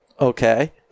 okay